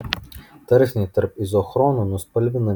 tarpsniai tarp izochronų nuspalvinami